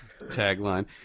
tagline